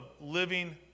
living